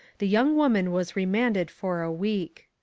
the young woman was remanded for a week.